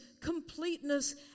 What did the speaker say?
completeness